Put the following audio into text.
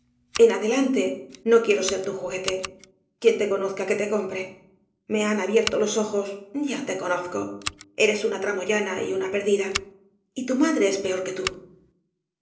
en adelante no quiero ser tu ju guete quien te conozca que te compre me han abierto los ojos ya te conozco eres una tramoyana y una perdida y tu madre es peor que tú